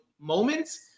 moments